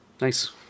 Nice